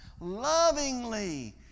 Lovingly